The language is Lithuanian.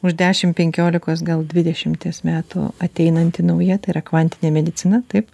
už dešim penkiolikos gal dvidešimties metų ateinanti nauja tai yra kvantinė medicina taip